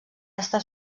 estar